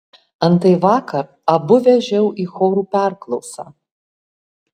antai vakar abu vežiau į chorų perklausą